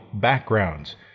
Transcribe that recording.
Backgrounds